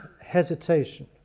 hesitation